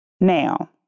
Now